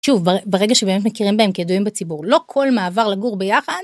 שוב, ברגע שבאמת מכירים בהם כידועים בציבור, לא כל מעבר לגור ביחד.